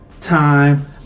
time